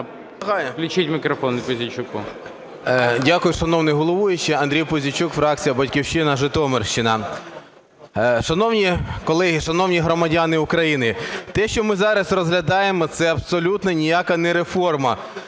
включіть мікрофон Пузійчуку.